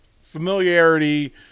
familiarity